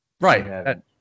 Right